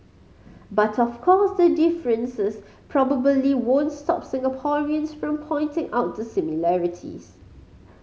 but of course the differences probably won't stop Singaporeans from pointing out the similarities